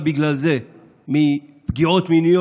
בגלל שזה נתן לנו,